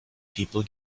people